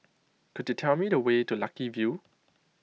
could you tell me the way to Lucky View